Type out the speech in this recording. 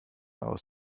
aus